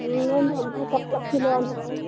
ma'am हमको कपड़ा सिलवाना है